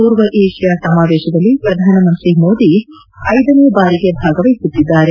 ಪೂರ್ವ ಏಷ್ಯಾ ಸಮಾವೇಶದಲ್ಲಿ ಪ್ರಧಾನಮಂತ್ರಿ ಮೋದಿ ಐದನೇ ಬಾರಿಗೆ ಭಾಗವಹಿಸುತ್ತಿದ್ದಾರೆ